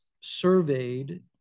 surveyed